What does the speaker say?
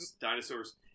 dinosaurs